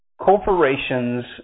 corporations